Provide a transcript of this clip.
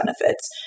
benefits